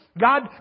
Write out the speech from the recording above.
God